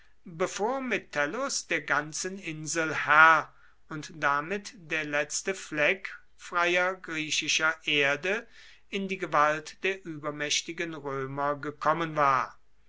bevor metellus der ganzen insel herr und damit der letzte fleck freier griechischer erde in die gewalt der übermächtigen römer gekommen war